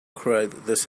cried